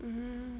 um